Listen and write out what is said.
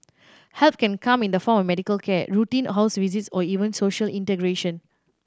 help can come in the form of medical care routine house visits or even social integration